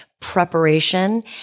preparation